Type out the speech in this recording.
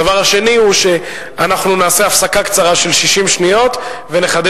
הדבר השני הוא שאנחנו נעשה הפסקה קצרה של 60 שניות ונחדש